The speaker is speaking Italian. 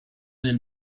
del